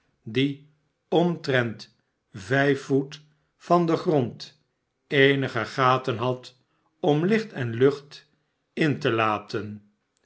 die omtrent vijfvoetvan den grond eenige gaten had om licht en lucht in te laten